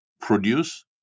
produce